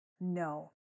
No